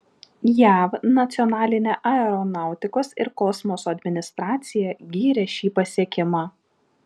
jav nacionalinė aeronautikos ir kosmoso administracija gyrė šį pasiekimą